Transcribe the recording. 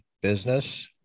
business